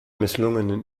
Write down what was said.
misslungenen